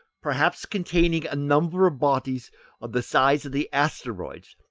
perhaps containing a number of bodies of the size of the asteroids,